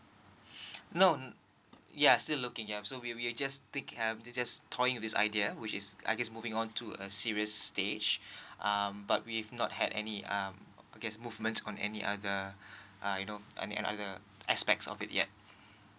no ya still looking ya so we we we're just think have we're just toying with this idea which is I guess moving on to a serious stage um but we have not had any um I guess movement on any other uh you know any other aspects of it yet